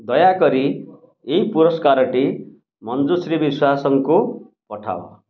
ଦୟାକରି ଏହି ପୁରସ୍କାରଟି ମଞ୍ଜୁଶ୍ରୀ ବିଶ୍ୱାସଙ୍କୁ ପଠାଅ